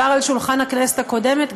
על שולחן הכנסת הקודמת,